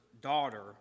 daughter